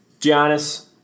Giannis